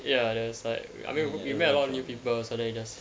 ya there's like I mean we met a lot of new people so then we just